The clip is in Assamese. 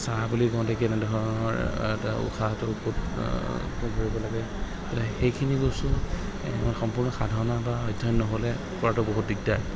চাহ বুলি কওঁতে কেনেধৰণৰ এটা উশাহটো ওপৰত কৰিব লাগে সেইখিনি বস্তু সম্পূৰ্ণ সাধনা বা অধ্যয়ন নহ'লে কৰাটো বহুত দিগদাৰ